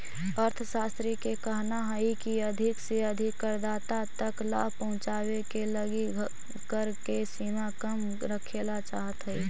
अर्थशास्त्रि के कहना हई की अधिक से अधिक करदाता तक लाभ पहुंचावे के लगी कर के सीमा कम रखेला चाहत हई